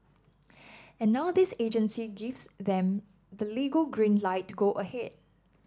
and now this agency gives them the legal green light to go ahead